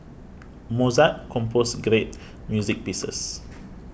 Mozart composed great music pieces